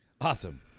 awesome